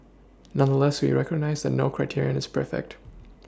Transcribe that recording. nonetheless we recognise that no criterion is perfect